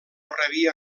rebia